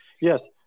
yes